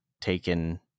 taken